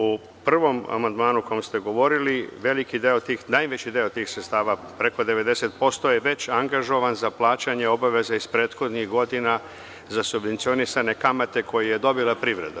U prvom amandmanu, o kom ste govorili, veliki deo, najveći deo tih sredstava, preko 90% je već angažovan za plaćanje obaveza iz prethodnih godina za subvencionisanje kamate koje je dobila privreda.